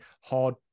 hard